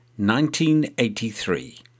1983